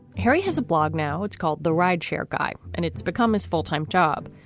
harry has a blog now. it's called the ride chair guy and it's become his full time job.